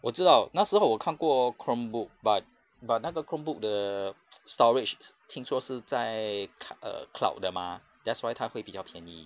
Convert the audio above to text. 我知道那时候我看过 chromebook but but 那个 chromebook 的 s~ storage i~ 听说是在 c~ err cloud 的 mah that's why 他会比较便宜